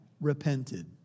repented